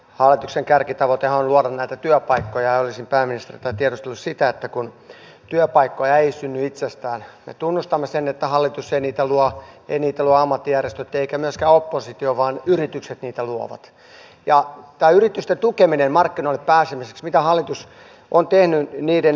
hallituksen kärkitavoitehan on luoda työpaikkoja ja olisin pääministeriltä tiedustellut sitä että kun työpaikkoja ei synny itsestään me tunnustamme sen että hallitus ei niitä luo eivät niitä luo ammattijärjestöt eikä myöskään oppositio vaan yritykset niitä luovat niin mitä uutta hallitus on tehnyt yritysten tukemisessa markkinoille pääsemiseksi